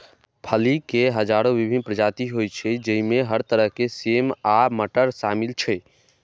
फली के हजारो विभिन्न प्रजाति होइ छै, जइमे हर तरह के सेम आ मटर शामिल छै